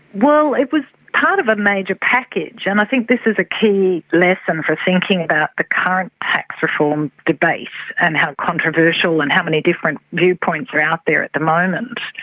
well, it was part of a major package, and i think this is a key lesson for thinking about the ah current tax reform debate and how controversial and how many different viewpoints are out there at the moment.